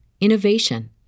innovation